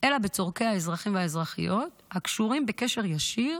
אלא בצורכי האזרחים והאזרחיות הקשורים בקשר ישיר